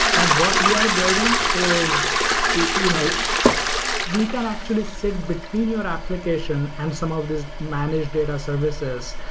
and what we are building is you know we can actually sig between your and application and some of these managed data services,